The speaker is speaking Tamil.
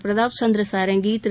பிரதாப் சந்திர சாரங்கி திரு